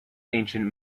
ancient